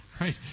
right